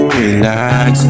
relax